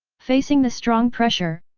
facing the strong pressure,